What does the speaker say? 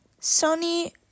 Sony